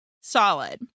solid